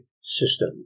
system